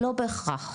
לא בהכרח.